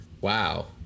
Wow